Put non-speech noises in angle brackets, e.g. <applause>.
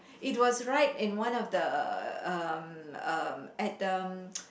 it was right in one of the um at um <noise>